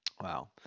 Wow